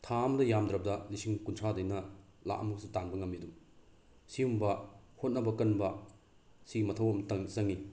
ꯊꯥ ꯑꯃꯗ ꯌꯥꯝꯗ꯭ꯔꯕꯗ ꯂꯤꯁꯤꯡ ꯀꯨꯟꯊ꯭ꯔꯥꯗꯩꯅ ꯂꯥꯛ ꯑꯃꯐꯥꯎꯁꯨ ꯇꯥꯟꯕ ꯉꯝꯃꯤ ꯑꯗꯨꯝ ꯁꯤꯒꯨꯝꯕ ꯍꯣꯠꯅꯕ ꯀꯟꯕ ꯁꯤꯒꯤ ꯃꯊꯧ ꯑꯝꯇꯪ ꯆꯪꯉꯤ